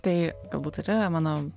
tai galbūt ir yra mano